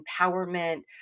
empowerment